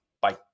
Bye